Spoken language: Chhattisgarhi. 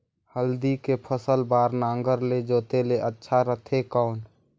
हल्दी के फसल बार नागर ले जोते ले अच्छा रथे कौन?